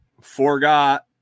Forgot